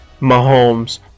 Mahomes